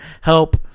help